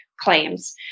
claims